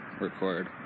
record